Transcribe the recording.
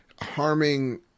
harming